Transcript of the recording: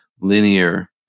linear